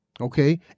Okay